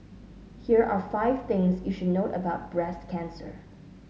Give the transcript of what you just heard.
here are five things you should note about breast cancer